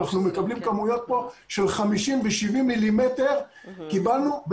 אנחנו מקבלים כאן כמויות של 50 ו-70 מילימטר ביומיים.